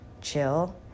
chill